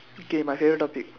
K my favourite topic